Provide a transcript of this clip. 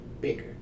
bigger